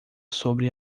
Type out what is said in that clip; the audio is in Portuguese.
sobre